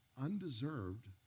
undeserved